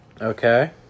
Okay